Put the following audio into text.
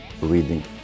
reading